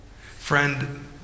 Friend